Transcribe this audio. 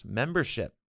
membership